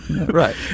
Right